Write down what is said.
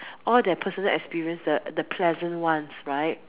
all their personal experience the pleasant ones right